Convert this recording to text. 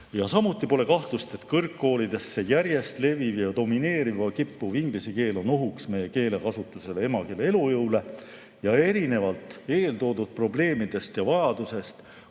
Samuti pole kahtlust, et kõrgkoolides järjest leviv ja domineerima kippuv inglise keel on ohuks meie keelekasutusele, emakeele elujõule. Erinevalt eeltoodud probleemidest ja vajadusest